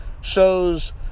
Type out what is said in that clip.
shows